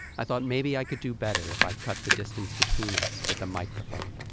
i thought maybe i could do better if i cut the distance between us with a microphone.